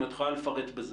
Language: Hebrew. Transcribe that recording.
אם את יכולה לפרט בזה.